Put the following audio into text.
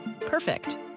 perfect